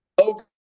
over